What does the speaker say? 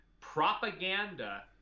Propaganda